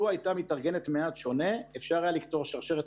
לו הייתה מתארגנת מעט שונה אפשר היה לקטוע שרשרת